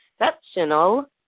Exceptional